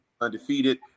undefeated